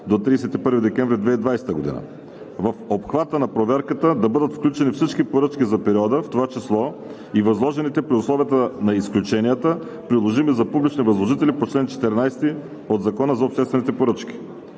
до 31 декември 2020 г. В обхвата на проверката да бъдат включени всички поръчки за периода, в това число и възложените при условията на изключенията, приложими за публични възложители, по чл. 14 от Закона за обществените поръчки.